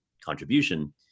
contribution